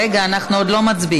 רגע, אנחנו עוד לא מצביעים.